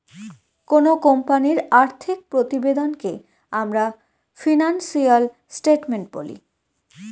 কোনো কোম্পানির আর্থিক প্রতিবেদনকে আমরা ফিনান্সিয়াল স্টেটমেন্ট বলি